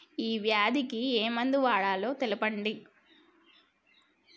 ఏ వ్యాధి కి ఏ మందు వాడాలో తెల్పండి?